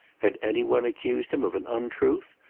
had any one accused him of an untruth?